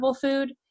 food